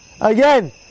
Again